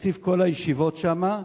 בתקציב כל הישיבות שם,